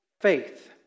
faith